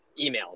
emails